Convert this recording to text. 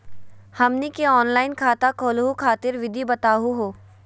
हमनी के ऑनलाइन खाता खोलहु खातिर विधि बताहु हो?